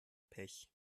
pech